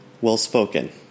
Well-spoken